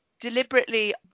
deliberately